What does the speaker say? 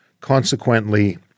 consequently